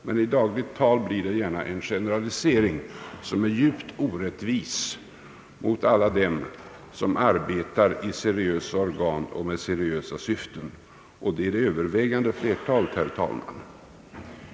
Men i dagligt tal blir det gärna en generalisering som är djupt orättvis mot alla dem som arbetar i seriösa organ och med seriösa syften, och det är det övervägande flertalet, herr talman.